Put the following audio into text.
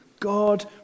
God